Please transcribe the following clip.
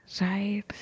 right